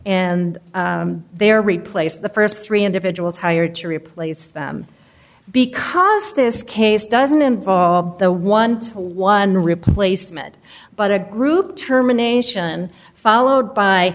and they are replaced the st three individuals hired to replace them because this case doesn't involve the one to one replacement but a group terminations followed by